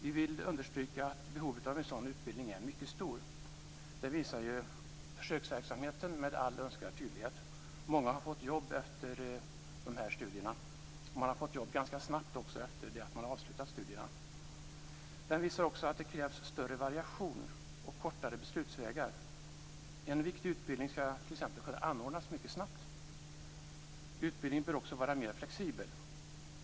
Vi vill understryka att behovet av en sådan utbildning är mycket stort. Det visar försöksverksamheten med all önskvärd tydlighet. Många har fått jobb efter studierna, och man har också fått jobb ganska snabbt efter det att man har avslutat studierna. Den visar också att krävs större variation och kortare beslutsvägar. En viktig utbildning ska t.ex. kunna anordnas mycket snabbt. Utbildningen bör också vara mer flexibel.